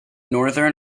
northern